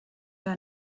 your